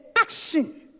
action